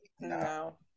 No